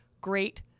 great